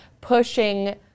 pushing